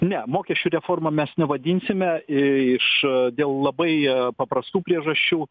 ne mokesčių reforma mes nevadinsime iš dėl labai paprastų priežasčių